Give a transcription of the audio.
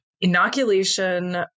Inoculation